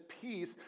peace